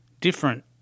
different